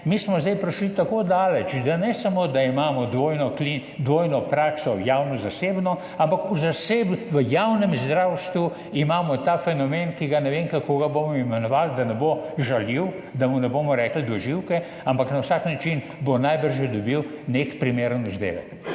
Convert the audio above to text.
mi smo zdaj prišli tako daleč, da ne samo, da imamo dvojno prakso, javno in zasebno, ampak v javnem zdravstvu imamo ta fenomen, ne vem, kako ga bomo imenovali, da ne bo žaljiv, da mu ne bomo rekli dvoživke, ampak na vsak način bo najbrž dobil nek primeren vzdevek.